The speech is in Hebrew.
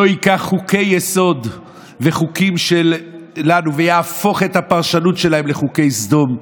לא ייקח חוקי-יסוד וחוקים שלנו ויהפוך את הפרשנות שלהם לחוקי סדום,